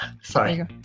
Sorry